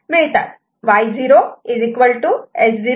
Y0 S0'